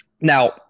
Now